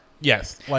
Yes